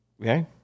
Okay